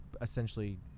essentially